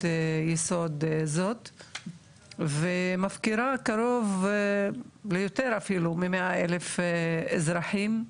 ייסוד זה ומפקירה קרוב ליותר אפילו ממאה אלף אזרחים,